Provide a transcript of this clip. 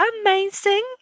amazing